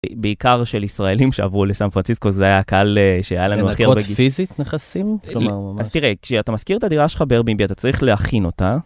בעיקר של ישראלים שעברו לסאם פרציסקו זה היה הקהל שהיה לנו הכי הרבה גיל. לנקות פיזית נכסים? אז תראה כשאתה מזכיר את הדירה שלך ב airbnb אתה צריך להכין אותה.